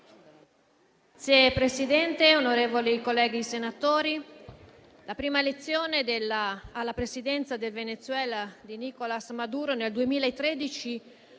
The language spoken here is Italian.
Signor Presidente, onorevoli colleghi senatori, la prima elezione alla Presidenza del Venezuela di Nicolas Maduro nel 2013